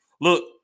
Look